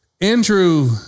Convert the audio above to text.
Andrew